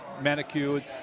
manicured